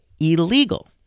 illegal